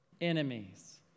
enemies